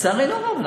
לצערנו הרב.